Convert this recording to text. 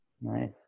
Nice